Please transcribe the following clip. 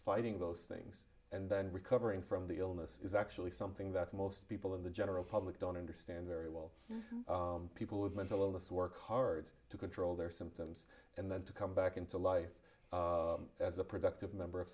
fighting those things and then recovering from the illness is actually something that most people in the general public don't understand very well people with mental illness work hard to control their symptoms and then to come back into life as a productive member of